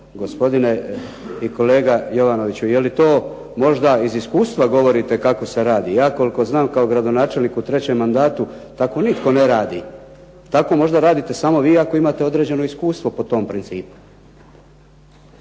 Gospodine i kolega Jovanoviću je li to možda iz iskustva govorite kako se radi? Ja koliko znam kao gradonačelnik u 3 mandatu tako nitko ne radi. Tako možda radite samo vi ako imate određeno iskustvo po tom principu.